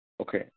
Okay